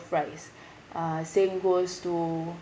rice uh same goes to